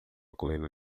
colina